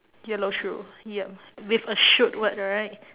yellow shoe ah ya with a shoot word right